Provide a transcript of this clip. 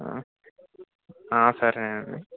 సరే అండి